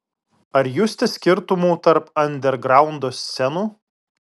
ar justi skirtumų tarp andergraundo scenų